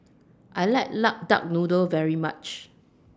I like Lock Duck Noodle very much